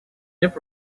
nip